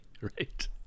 right